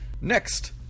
Next